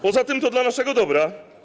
Poza tym to dla naszego dobra.